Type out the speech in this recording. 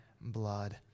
blood